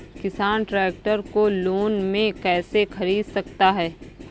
किसान ट्रैक्टर को लोन में कैसे ख़रीद सकता है?